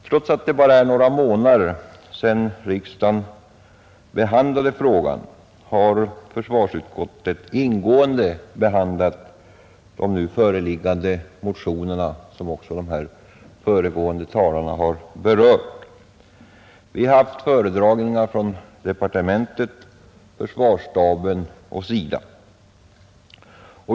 Trots att det bara är några månader sedan riksdagen behandlade frågan har försvarsutskottet ingående diskuterat de i år väckta motionerna. Vi har haft föredragningar från departementet, försvarsstaben och SIDA.